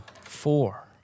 Four